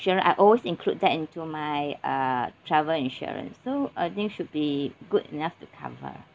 insurance I always include that into my uh travel insurance so I think should be good enough to cover ah